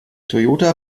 toyota